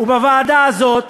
כמה, ובוועדה הזאת,